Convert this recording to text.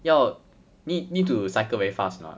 要 need need to cycle very fast or not